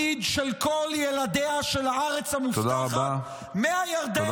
למען העתיד של כל ילדיה של הארץ המובטחת מהירדן ועד הים.